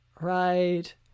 Right